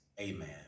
amen